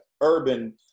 urban